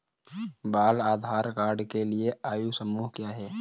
बाल आधार कार्ड के लिए आयु समूह क्या है?